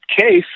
case